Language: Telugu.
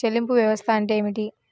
చెల్లింపు వ్యవస్థ అంటే ఏమిటి?